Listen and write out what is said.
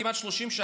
כמעט 30 שנה,